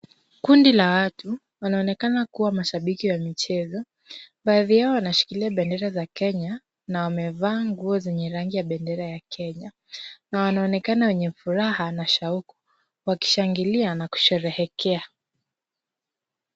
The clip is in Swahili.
Kundi la watu wanaonekana kuwa mashabiki wa michezo, baadhi yao wanashikilia bendera za Kenya na wamevaa nguo zenye rangi ya bendera ya Kenya na wanaonekana wenye furaha na shauku wakishangilia na kusherehekea.